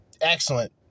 Excellent